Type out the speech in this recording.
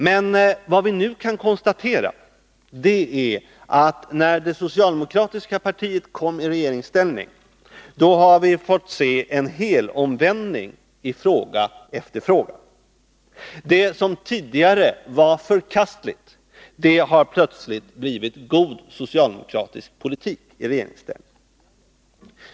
Men vad vi nu kan konstatera är att när det socialdemokratiska partiet kom iregeringsställning, då har vi fått se en helomvändning i fråga efter fråga. Det som tidigare var förkastligt har plötsligt blivit god socialdemokratisk politik i regeringsställning.